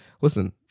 listen